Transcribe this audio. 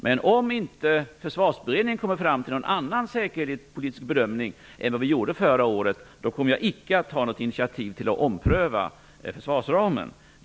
Men om Försvarsberedningen inte kommer fram till någon annan säkerhetspolitisk bedömning än den vi gjorde förra året kommer jag icke att ta något initiativ till att ompröva försvarsramen.